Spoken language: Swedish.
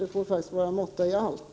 Det får vara måtta i allt.